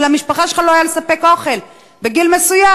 למשפחה שלך לא היה לספק אוכל בגיל מסוים,